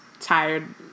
tired